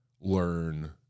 learn